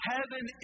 Heaven